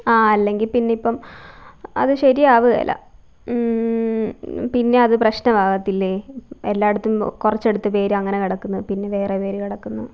അല്ലെങ്കിൽ പിന്നിപ്പം അത് ശരിയാവുകയില്ല പിന്നെ അത് പ്രശ്നമാകത്തില്ലേ എല്ലായിടത്തും കുറച്ചിടത്ത് പേര് അങ്ങനെ കിടുക്കുന്നു പിന്നെ വേറെ പേര് കിടക്കുന്നു